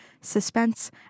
suspense